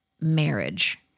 marriage